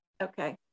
Okay